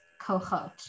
cohort